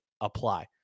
apply